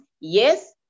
Yes